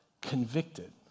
convicted